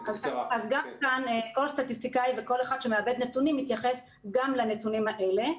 גם כאן כל סטטיסטיקאי וכל אחד שמעבד נתונים מתייחס גם לנתונים האלה.